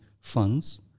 funds